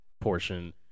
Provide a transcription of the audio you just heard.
portion